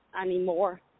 anymore